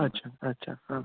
अच्छा अच्छा हां